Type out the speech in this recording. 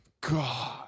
God